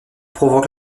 provoque